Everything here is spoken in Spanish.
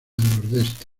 nordeste